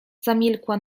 zamilkła